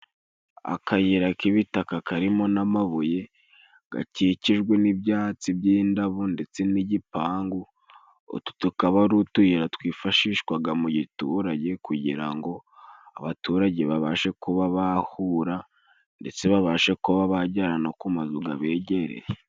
Akayira k'ibitaka karimo n'amabuye gakikijwe n'ibyatsi by'indabo ndetse n'igipangu utu tukaba ari utuyira twifashishwaga mu giturage kugira ngo abaturage babashe kuba bahura ndetse babashe kuba bajyana no ku mazu gabegereye.